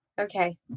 Okay